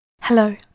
Hello